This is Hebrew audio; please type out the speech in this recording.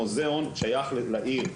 המוזיאון שייך לעיר,